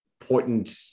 important